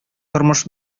тормыш